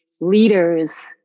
leaders